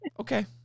Okay